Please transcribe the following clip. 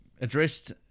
addressed